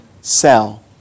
cell